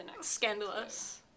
scandalous